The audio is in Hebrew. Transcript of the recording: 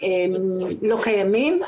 בעצם לא קיימים.